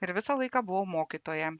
ir visą laiką buvau mokytoja